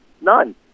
None